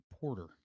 porter